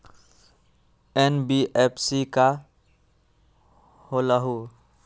NBFC का होलहु?